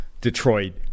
Detroit